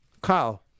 Kyle